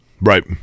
Right